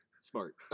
Smart